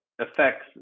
affects